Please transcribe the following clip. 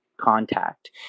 contact